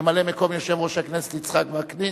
ממלא-מקום יושב-ראש הכנסת יצחק וקנין,